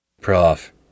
Prof